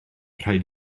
rhaid